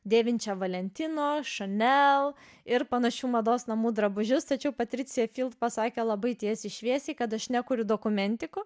dėvinčią valentino chanel ir panašių mados namų drabužius tačiau patricija pasakė labai tiesiai šviesiai kad aš nekuriu dokumentikų